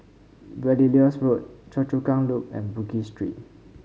Belilios Road Choa Chu Kang Loop and Bugis Street